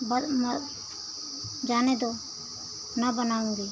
मत जाने दो न बनाउंगी